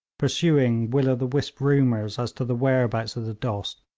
pursuing will-o'-the-wisp rumours as to the whereabouts of the dost,